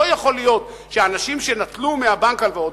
לא יכול להיות שאנשים שנטלו מהבנק הלוואות,